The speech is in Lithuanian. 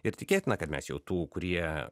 ir tikėtina kad mes jau tų kurie